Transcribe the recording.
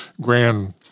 grand